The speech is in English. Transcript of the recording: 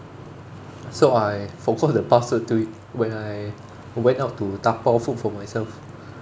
so I forgot the password to it when I went out to dabao food for myself